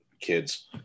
kids